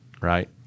right